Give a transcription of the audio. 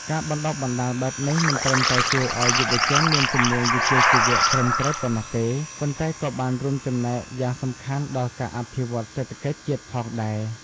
ការបណ្តុះបណ្តាលបែបនេះមិនត្រឹមតែជួយឱ្យយុវជនមានជំនាញវិជ្ជាជីវៈត្រឹមត្រូវប៉ុណ្ណោះទេ ប៉ុន្តែក៏បានរួមចំណែកយ៉ាងសំខាន់ដល់ការអភិវឌ្ឍសេដ្ឋកិច្ចជាតិផងដែរ។